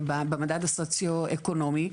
במדד הסוציו-אקונומי,